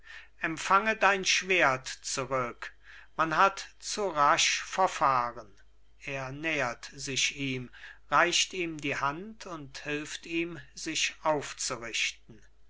empfange dein schwert zurück man hat zu rasch verfahren er nähert sich ihm reicht ihm die hand und hilft ihm sich aufrichten